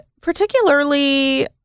particularly